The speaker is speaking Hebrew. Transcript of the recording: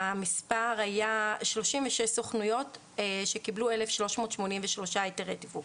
המספר היה 36 סוכנויות שקיבלו 1,383 היתרי תיווך.